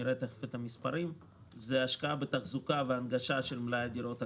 תיכף נראה את המספרים; השקעה בתחזוקה והנגשה של מלאי הדירות הקיים,